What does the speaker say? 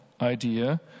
idea